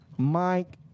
Mike